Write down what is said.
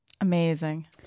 Amazing